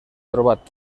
trobat